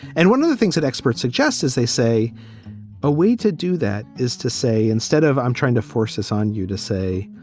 and one of the things that experts suggest is they say a way to do that is to say, instead of i'm trying to force this on you, to say,